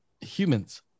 humans